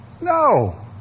No